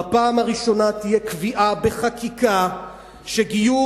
בפעם הראשונה תהיה קביעה בחקיקה שגיור